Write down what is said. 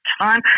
time